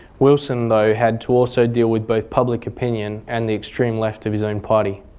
wilson though had to also deal with both public opinion and the extreme left of his own party.